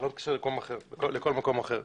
לא יתקשר לכל מקום אחר.